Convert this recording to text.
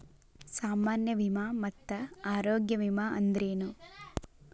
ಸಾಮಾನ್ಯ ವಿಮಾ ಮತ್ತ ಆರೋಗ್ಯ ವಿಮಾ ಅಂದ್ರೇನು?